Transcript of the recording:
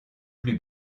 plus